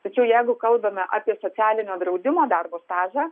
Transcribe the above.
tačiau jeigu kalbame apie socialinio draudimo darbo stažą